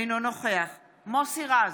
אינו נוכח מוסי רז,